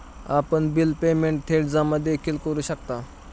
आपण bill payment थेट जमा देखील करू शकता